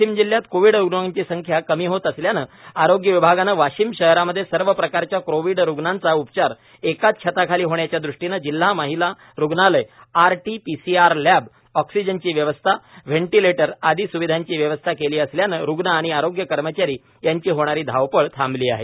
वाशिम जिल्ह्यात कोविड रुग्णांची संख्या कमी होत असल्याने आरोग्य विभागाने वाशिम शहरामध्ये सर्व प्रकारच्या कोविड रुग्णांचा उपचार एकाच छताखाली होण्याच्या दृष्टीने जिल्हा महिला रुग्णालयात R T P C R lab ऑक्सिजनची व्यवस्था व्हॅनिटीलिटर आदि स्विधांची व्यवस्था केली असल्याने रुग्ण आणि आरोग्य कर्मचारी यांची होणारी धावपळ थांबली आहे